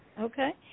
okay